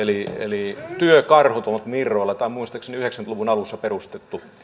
eli työkarhut on virroilla tämä on muistaakseni yhdeksänkymmentä luvun alussa perustettu